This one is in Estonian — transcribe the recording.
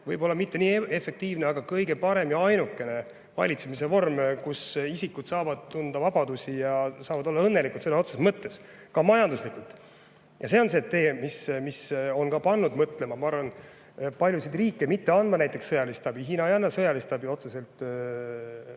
võib-olla mitte nii efektiivne, aga see on kõige parem ja ainukene valitsemise vorm, kus isikud saavad tunda vabadusi ja saavad olla õnnelikud sõna otseses mõttes, ka majanduslikult. See on see tee, mis on ka pannud mõtlema paljusid riike mitte andma näiteks sõjalist abi. Hiina ei anna sõjalist abi otseselt Venemaale